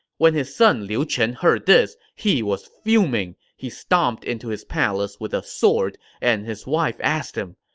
when his son liu chen heard this, he was fuming. he stomped into his palace with a sword, and his wife asked him,